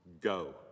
go